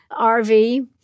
RV